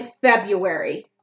February